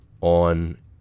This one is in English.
on